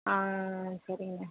ஆ சரிங்க